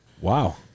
Wow